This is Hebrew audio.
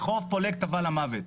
בחוף פולג הוא טבע למוות.